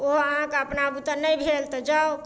ओहो अहाँके अपना बुते नहि भेल तऽ जाउ